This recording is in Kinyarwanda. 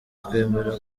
twemera